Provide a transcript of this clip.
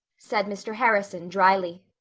said mr. harrison drily.